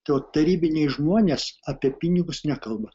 tai vat tarybiniai žmonės apie pinigus nekalba